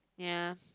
yeah